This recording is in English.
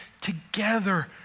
together